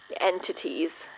entities